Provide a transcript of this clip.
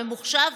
ממוחשב,